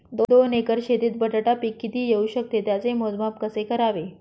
दोन एकर शेतीत बटाटा पीक किती येवू शकते? त्याचे मोजमाप कसे करावे?